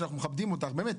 אנחנו מכבדים אותך, באמת.